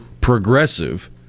progressive